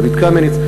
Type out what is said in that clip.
דוד קמיניץ,